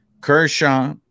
Kershaw